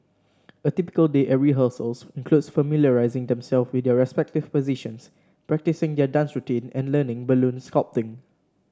a typical day at rehearsals includes familiarising themselves with their respective positions practising their dance routine and learning balloon sculpting